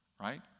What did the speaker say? right